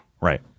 Right